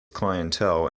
clientele